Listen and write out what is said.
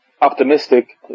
optimistic